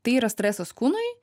tai yra stresas kūnui